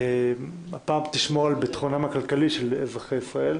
הפעם תשמור על ביטחונם הכלכלי של אזרחי ישראל.